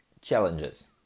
challenges